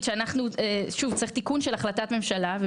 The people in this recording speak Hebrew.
צריך תיקון של החלטת ממשלה.